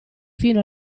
fino